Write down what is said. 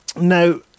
Now